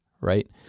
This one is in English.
right